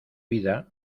vida